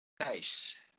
Nice